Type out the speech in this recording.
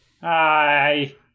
Hi